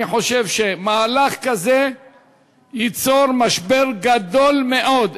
אני חושב שמהלך כזה ייצור משבר גדול מאוד.